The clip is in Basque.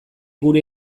gure